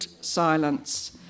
silence